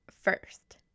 first